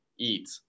eat